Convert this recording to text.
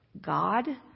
God